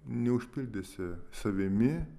neužpildysi savimi